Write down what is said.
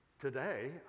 today